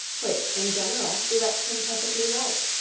which in general direct him perfectly right.